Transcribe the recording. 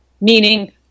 Meaning